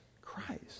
Christ